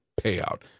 payout